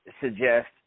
suggest